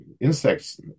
insects